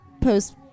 post